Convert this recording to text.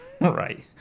right